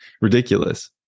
ridiculous